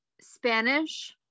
Spanish